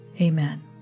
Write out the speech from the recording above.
Amen